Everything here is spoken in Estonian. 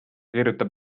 kirjutab